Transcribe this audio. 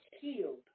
healed